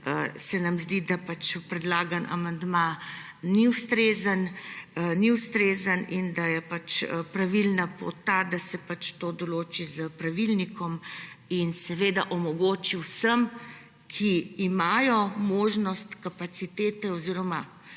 se nam zdi, da predlagani amandma ni ustrezen in da je pravilna pot ta, da se to določi s pravilnikom in omogoči vsem, ki imajo možnost, kapacitete oziroma